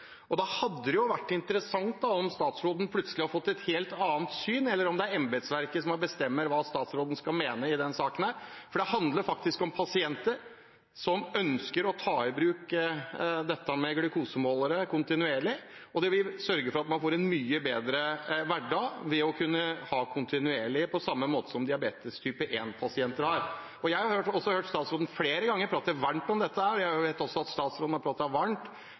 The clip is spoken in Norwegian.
Da er det jo interessant om statsråden plutselig har fått et helt annet syn, eller om det er embetsverket som bestemmer hva statsråden skal mene i denne saken. Dette handler om pasienter som ønsker å ta i bruk kontinuerlig glukosemåler. Det ville sørge for at man fikk en mye bedre hverdag ved å ha kontinuerlig glukosemåling, på samme måte som diabetes type 1-pasienter har. Jeg har hørt statsråden flere ganger prate varmt om dette, jeg vet også at statsråden har pratet varmt om kostnadsbildet knyttet til dette, så jeg begynner å lure på om det er embetsverket som har